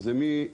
זה לא פשוט.